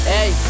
Hey